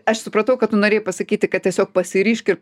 aš supratau kad tu norėjai pasakyti kad tiesiog pasiryžk ir